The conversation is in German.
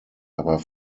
aber